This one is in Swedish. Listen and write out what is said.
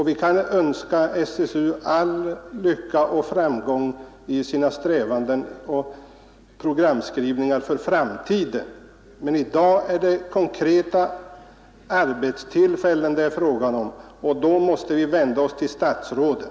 Vi kan önska SSU all lycka och framgång i dess strävanden och programskrivningar för framtiden, men i dag är det konkreta arbetstillfällen det är fråga om, och då måste vi vända oss till statsråden.